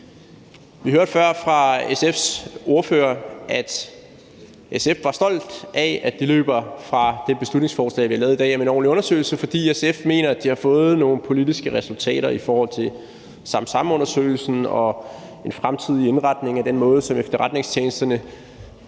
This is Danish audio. Vi hørte før fra SF's ordfører, at SF var stolte af, at de løber fra det beslutningsforslag, vi har fremsat, og som andenbehandles i dag, om en ordentlig undersøgelse, fordi SF mener, at de har fået nogle politiske resultater i forhold til Samsamundersøgelsen og en fremtidig indretning af den måde, man fører tilsyn med efterretningstjenesterne